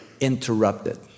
interrupted